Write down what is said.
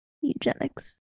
Eugenics